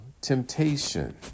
temptation